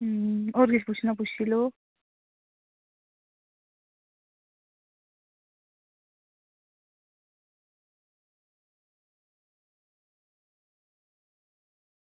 अं होर किश पुच्छना पुच्छी लैओ